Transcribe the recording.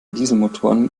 dieselmotoren